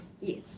Yes